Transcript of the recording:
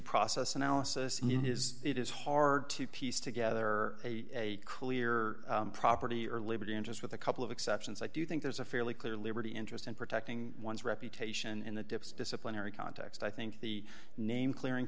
process analysis in his it is hard to piece together a clear property or liberty interest with a couple of exceptions i do think there's a fairly clear liberty interest in protecting one's reputation in the dips disciplinary context i think the name clearing